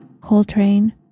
coltrane